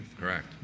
Correct